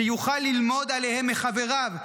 שיוכל ללמוד עליהן מחבריו,